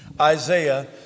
Isaiah